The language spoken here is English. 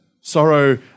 Sorrow